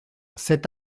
cet